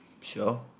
Sure